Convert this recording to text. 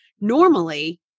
normally